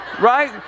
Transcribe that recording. right